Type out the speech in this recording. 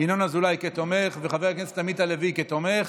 ינון אזולאי כתומך ואת חבר הכנסת עמית הלוי כתומך.